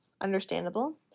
understandable